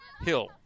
Hill